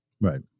right